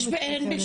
כמה מקרים כאלה יש?